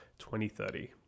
2030